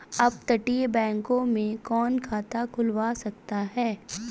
अपतटीय बैंक में कौन खाता खुलवा सकता है?